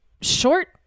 short